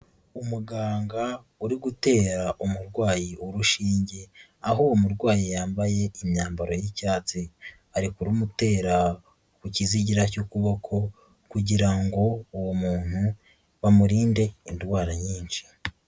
Umuganga uri gutera umurwayi urushinge, aho uwo murwayi yambaye imyambaro y'icyatsi, ari kurumutera ku kizigira cy'ukuboko kugira ngo uwo muntu bamurinde indwara nyinshi.